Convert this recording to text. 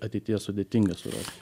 ateityje sudėtinga surast